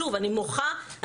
אני מוחה.